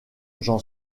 j’en